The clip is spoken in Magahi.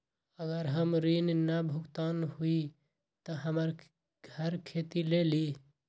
अगर हमर ऋण न भुगतान हुई त हमर घर खेती लेली?